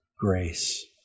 grace